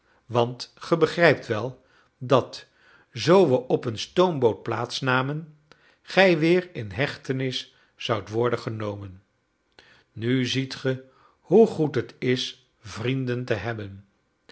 want ge begrijpt wel dat zoo we op een stoomboot plaats namen gij weer in hechtenis zoudt worden genomen nu ziet ge hoe goed het is vrienden te hebben